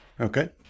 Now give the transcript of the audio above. Okay